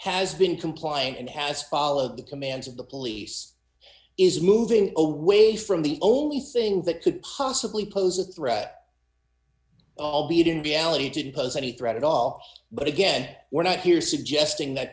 has been complying and has followed the commands of the police is moving away from the only thing that could possibly pose a threat albeit in reality didn't pose any threat at all but again we're not here suggesting that